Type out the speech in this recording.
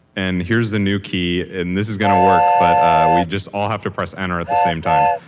and here's the new key and this is going to work, but we just all have to press enter at the same time.